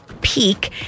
peak